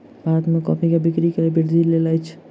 भारत में कॉफ़ी के बिक्री में वृद्धि भेल अछि